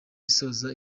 isoza